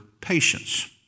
patience